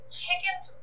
chickens